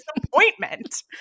disappointment